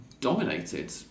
dominated